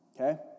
Okay